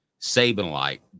Saban-like